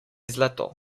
zlato